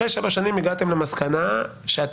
אחרי שבע שנים הגעתם למסקנה שאתם,